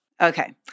okay